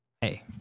Hey